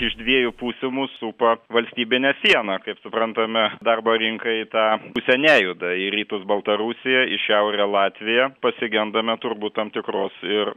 iš dviejų pusių mus supa valstybinė siena kaip suprantame darbo rinka į tą pusę nejuda į rytus baltarusija į šiaurę latvija pasigendame turbūt tam tikros ir